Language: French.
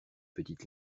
petite